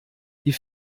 die